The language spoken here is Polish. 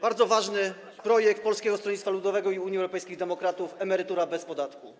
Bardzo ważny projekt Polskiego Stronnictwa Ludowego i Unii Europejskich Demokratów: Emerytura bez podatku.